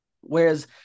Whereas